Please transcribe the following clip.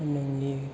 नोंनि